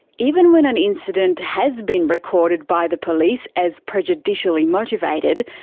even when an incident has been recorded by the police as prejudicially motivated,